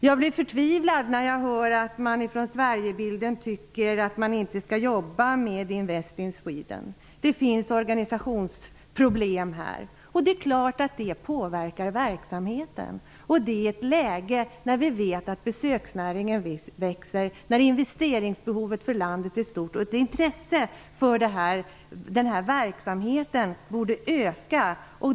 Jag blev förtvivlad när jag hörde att man från Sverigebilden inte vill jobba med Invest in Sweden. Det finns organisationsproblem. Det är klart att det påverkar verksamheten. Det sker i ett läge då besöksnäringen växer, investeringsbehovet är stort och intresset för denna verksamhet borde öka.